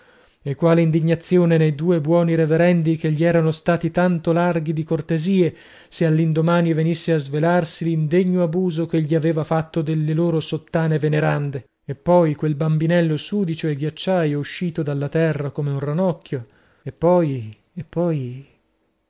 e quale indignazione nei due buoni reverendi che gli erano stati tanto larghi di cortesie se all'indomani venisse a svelarsi l'indegno abuso ch'egli aveva fatto delle loro sottane venerande e poi quel bambinello sudicio e ghiacciaio uscito dalla terra come un rannocchio e poi e poi